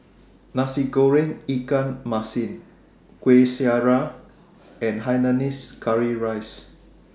Nasi Goreng Ikan Masin Kueh Syara and Hainanese Curry Rice